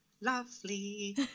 lovely